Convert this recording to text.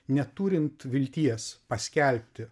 neturint vilties paskelbti